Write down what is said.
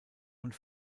und